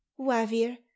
Wavir